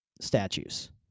statues